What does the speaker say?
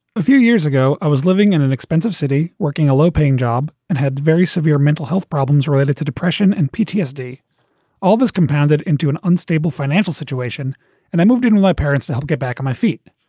a few years ago, i was living in an expensive city, working a low paying job and had very severe mental health problems related to depression and ptsd. yeah all this compounded into an unstable financial situation and i moved in with my parents to help get back on my feet.